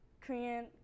Korean